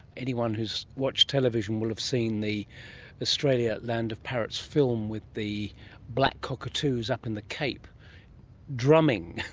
anyone who's watched television would have seen the australia land of parrots film with the black cockatoos up in the cape drumming,